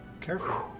careful